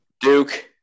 Duke